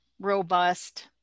robust